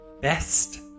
best